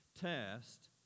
test